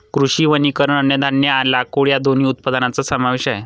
कृषी वनीकरण अन्नधान्य आणि लाकूड या दोन्ही उत्पादनांचा समावेश आहे